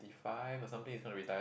the five or something he's gonna retire